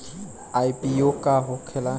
IPO का होखेला?